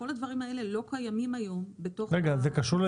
וכל הדברים האלה לא קיימים היום בתוך התוכנית.